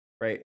right